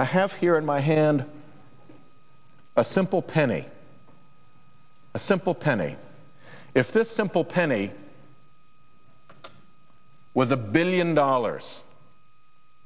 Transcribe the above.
and i have here in my hand a simple penny a simple penny if this simple penny was a billion dollars